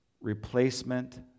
replacement